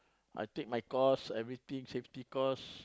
I take my course everything safety course